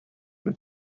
than